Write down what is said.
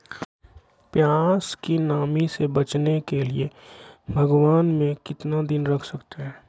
प्यास की नामी से बचने के लिए भगवान में कितना दिन रख सकते हैं?